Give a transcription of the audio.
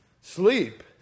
Sleep